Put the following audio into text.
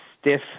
stiff